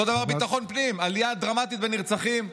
אותו דבר בביטחון הפנים: עלייה דרמטית בנרצחים.